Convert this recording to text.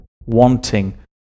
wanting